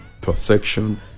perfection